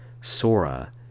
Sora